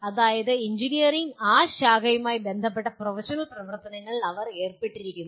അതായത് എഞ്ചിനീയറിംഗിന്റെ ആ ശാഖയുമായി ബന്ധപ്പെട്ട പ്രൊഫഷണൽ പ്രവർത്തനങ്ങളിൽ അവർ ഏർപ്പെട്ടിരിക്കുന്നു